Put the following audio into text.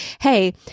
hey